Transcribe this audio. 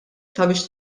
sabiex